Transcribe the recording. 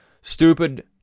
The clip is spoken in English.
Stupid